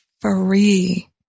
free